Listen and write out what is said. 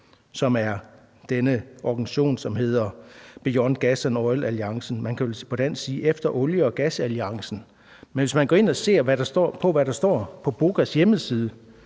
for den organisation, der hedder Beyond Oil & Gas Alliance. Man kunne vel på dansk kan kalde den Efter olie og gas-alliancen. Men hvis man går ind og ser, hvad der står på BOGA's hjemmeside,